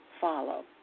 follow